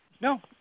No